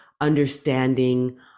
understanding